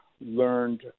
learned